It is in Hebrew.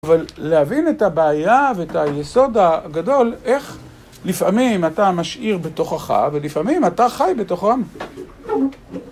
אבל להבין את הבעיה ואת היסוד הגדול, איך לפעמים אתה משאיר בתוכך ולפעמים אתה חי בתוכם.